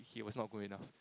he was not good enough